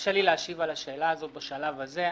קשה לי להשיב על השאלה הזאת בשלב הזה.